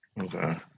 Okay